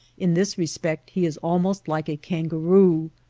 in this respect he is almost like a kangaroo.